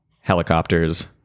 helicopters